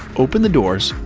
open the doors,